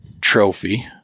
trophy